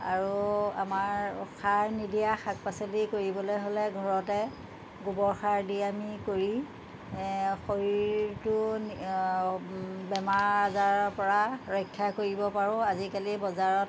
আৰু আমাৰ সাৰ নিদিয়া শাক পাচলি কৰিবলৈ হ'লে ঘৰতে গোবৰ সাৰ দি আমি কৰি শৰীৰটো বেমাৰ আজাৰৰ পৰা ৰক্ষা কৰিব পাৰোঁ আজিকালি বজাৰত